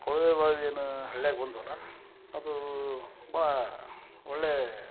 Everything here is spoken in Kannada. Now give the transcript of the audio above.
ಕೊಳವೆ ಬಾವಿ ಏನು ಹಳ್ಯಾಗ ಬಂದ್ವಲ್ಲ ದು ಭಾಳಾ ಒಳ್ಳೆಯ